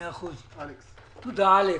בסדר גמור.